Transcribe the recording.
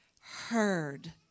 heard